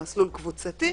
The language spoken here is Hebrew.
למסלול קבוצתי,